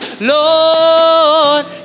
Lord